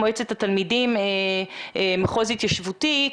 יושב ראש מועצת התלמידים מחוז התיישבותי.